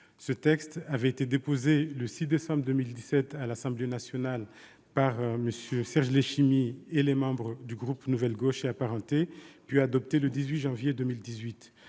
Ce texte avait été déposé le 6 décembre 2017, à l'Assemblée nationale, par M. Serge Letchimy et les membres du groupe Nouvelle Gauche et apparentés, puis adopté le 18 janvier 2018.